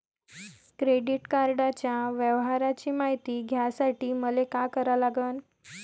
Credit कार्डाच्या व्यवहाराची मायती घ्यासाठी मले का करा लागन?